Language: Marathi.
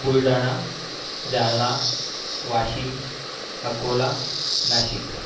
बुलढाणा जालना वाशिम अकोला नाशिक